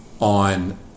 on